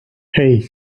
hey